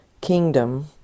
kingdom